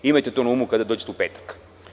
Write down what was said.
Imajte to na umu kada dođete u petak.